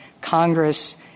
Congress